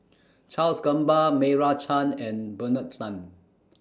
Charles Gamba Meira Chand and Bernard Lan